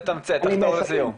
לתמצת, תחתור לסיום.